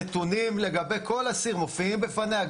הנתונים לגבי כל אסיר מופיעים בפניה.